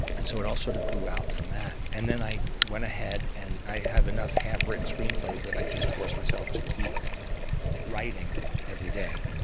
and so it all sort of grew out from that. and then i went ahead, and i have enough half-written screenplays that i just force myself to keep writing every day.